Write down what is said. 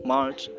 March